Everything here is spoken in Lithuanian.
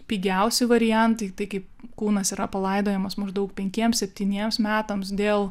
pigiausi variantai tai kaip kūnas yra palaidojamas maždaug penkiems septyniems metams dėl